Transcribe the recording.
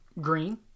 green